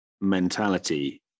mentality